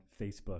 Facebook